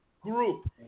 group